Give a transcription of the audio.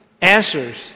answers